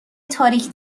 تاریک